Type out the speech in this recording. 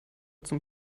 zum